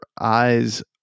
eyes